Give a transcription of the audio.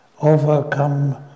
overcome